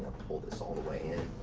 pull this all the way in.